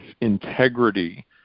integrity